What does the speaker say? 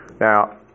Now